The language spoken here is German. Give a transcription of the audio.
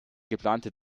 geplante